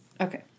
Okay